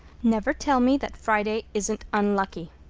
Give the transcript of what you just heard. never tell me that friday isn't unlucky.